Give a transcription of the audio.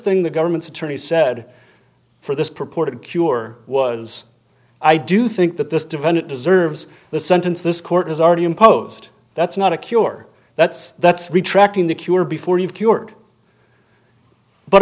thing the government's attorney said for this purported cure was i do think that this defendant deserves the sentence this court has already imposed that's not a cure that's that's retracting the cure before you've